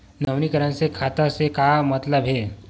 नवीनीकरण से खाता से का मतलब हे?